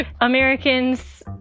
Americans